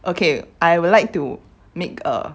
okay I would like to make a